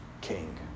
king